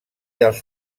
els